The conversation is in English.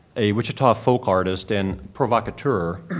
a wichita folk artist and provocateur,